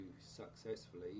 successfully